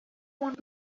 want